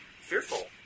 fearful